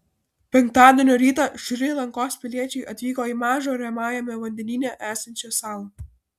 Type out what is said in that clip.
penktadienio rytą šri lankos piliečiai atvyko į mažą ramiajame vandenyne esančią salą